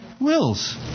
wills